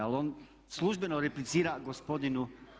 Ali on službeno replicira gospodinu